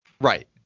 Right